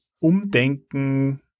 Umdenken